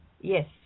yes